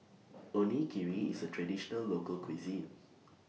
Onigiri IS A Traditional Local Cuisine